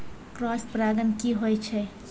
Cross परागण की होय छै?